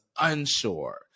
unsure